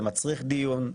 זה מצריך דיון,